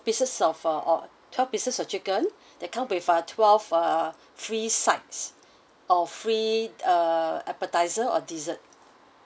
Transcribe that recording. pieces of a or twelve pieces of chicken that come with uh twelve uh free sides of free uh appetiser or dessert